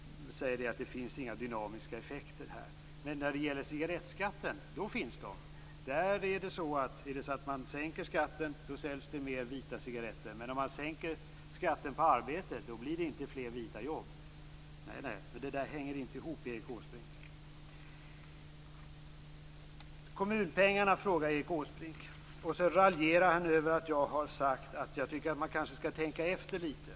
Regeringen säger att det inte finns några dynamiska effekter i detta. Men när det gäller cigarettskatten - då finns de! Där är det så att om man sänker skatten säljs det fler vita cigaretter. Men om man sänker skatten på arbete blir det inte fler vita jobb! Nej, nej - det där hänger inte ihop, Erik Åsbrink. Erik Åsbrink frågar om kommunpengarna, och raljerar över att jag har sagt att jag tycker att man kanske skall tänka efter litet.